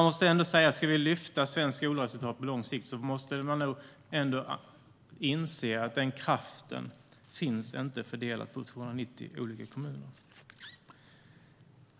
Men ska vi lyfta svenskt skolresultat på lång sikt måste man nog inse att den kraften inte finns fördelad på 290 olika kommuner.